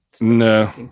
No